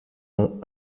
nom